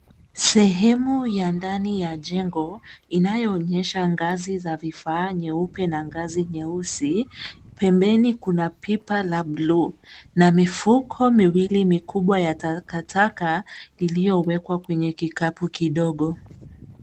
Sehemu ya ndani ya jengo inayoonyesha ngazi za vifaa nyeupe na ngazi nyeusi. Pembeni kuna pipa la buluu na mifuko miwili mikubwa ya takataka iliyowekwa kwenye kikapu kidogo.